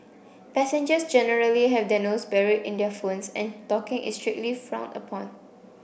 passengers generally have their nose buried in their phones and talking is strictly frowned upon